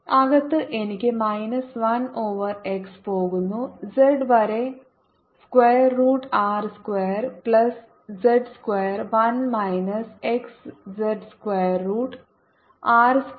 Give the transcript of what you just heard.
അകത്ത് എനിക്ക് minus 1 over x പോകുന്നു z വരെ square root R square plus z square 1 minus x z square root R square plus z square 1